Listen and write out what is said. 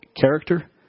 character